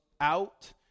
out